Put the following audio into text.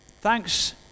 Thanks